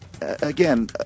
again